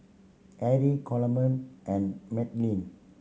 Erie Coleman and Madalynn